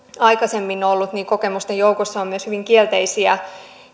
aikaisemmin ollut kokemusten joukossa on myös hyvin kielteisiä